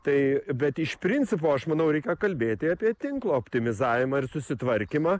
tai bet iš principo aš manau reikėjo kalbėti apie tinklo optimizavimą ir susitvarkymą